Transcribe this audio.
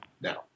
now